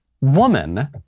woman